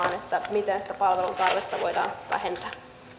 miten sitä palvelun tarvetta voidaan vähentää